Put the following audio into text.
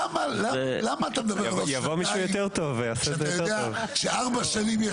למה אתה מדבר על עוד שנתיים כשאתה יודע שיש לנו ארבע שנים.